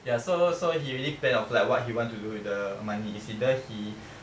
ya so so he already plan out lah like what he want to do with the money it's either he